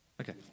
Okay